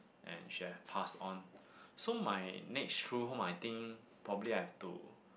and she have passed on so my next true home I think probably I have to